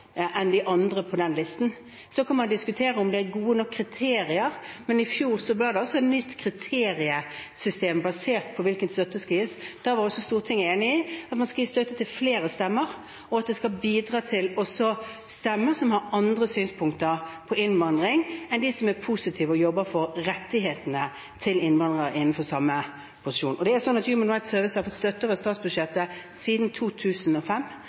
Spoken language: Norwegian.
enn de andre på den listen. Så kan man diskutere om det er gode nok kriterier, men i fjor ble det et nytt kriteriesystem for hvilken støtte som skal gis. Da var Stortinget enig om at man skal gi støtte til flere stemmer, også stemmer som har andre synspunkter på innvandring enn dem som er positive og jobber for rettighetene til innvandrere, innenfor samme posisjon. Human Rights Service har fått støtte over statsbudsjettet siden 2005,